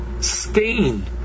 stain